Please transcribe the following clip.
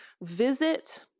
visit